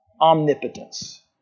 omnipotence